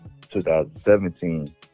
2017